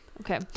Okay